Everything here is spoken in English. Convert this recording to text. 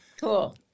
Cool